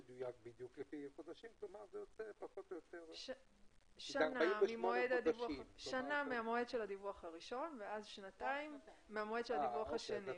2024. שנה ממועד הדיווח הראשון ושנתיים מזמן ממועד הדיווח השני.